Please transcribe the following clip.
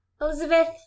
Elizabeth